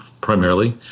primarily